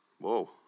Whoa